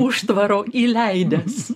užtvaro įleidęs